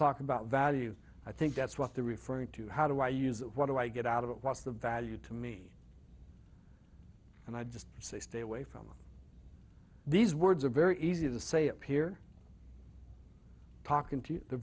talk about value i think that's what they're referring to how do i use that what do i get out of it what's the value to me and i just say stay away from these words are very easy to say up here talking to